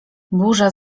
burza